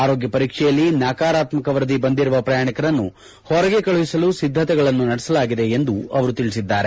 ಆರೋಗ್ಯ ಪರೀಕ್ಷೆಯಲ್ಲಿ ನಕರಾತ್ಸಕ ವರದಿ ಬಂದಿರುವ ಪ್ರಯಾಣಿಕರನ್ನು ಹೊರಗೆ ಕಳುಹಿಸಲು ಸಿದ್ದತೆಗಳನ್ನು ನಡೆಸಲಾಗಿದೆ ಎಂದು ತಿಳಿಸಿದ್ದಾರೆ